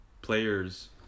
players